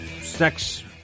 sex